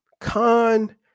Con